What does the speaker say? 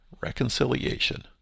reconciliation